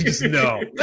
No